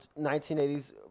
1980s